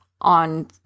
on